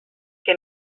que